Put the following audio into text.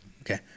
Okay